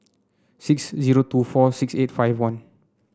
six zero two four six eight five one